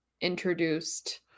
introduced